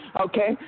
Okay